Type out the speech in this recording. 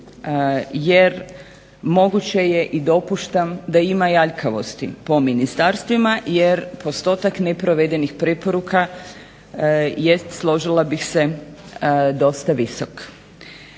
jer moguće je i dopuštam da ima i aljkavosti po ministarstvima jer postotak neprovedenih preporuka je složila bih se, dosta visok.